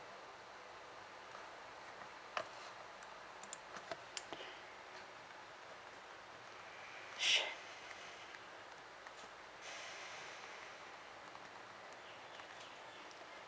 su~